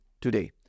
today